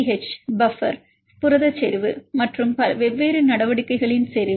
H buffer பெயர் புரத செறிவு மற்றும் வெவ்வேறு நடவடிக்கைகளின் செறிவு